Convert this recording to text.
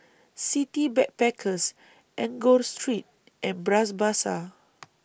City Backpackers Enggor Street and Bras Basah